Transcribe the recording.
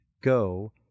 Go